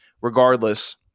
Regardless